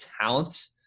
talent –